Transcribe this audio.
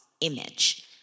image